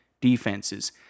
defenses